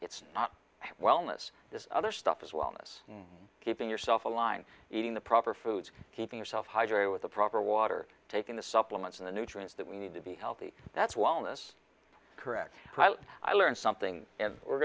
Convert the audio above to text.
it's not wellness this other stuff as well miss keeping yourself aligned eating the proper foods keeping yourself hydrated with the proper water taking the supplements in the nutrients that we need to be healthy that's wellness correct i learned something